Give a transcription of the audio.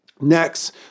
Next